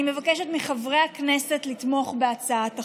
אני מבקשת מחברי הכנסת לתמוך בהצעת החוק.